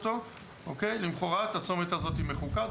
ולמוחרת הצומת הזאת מחוקה,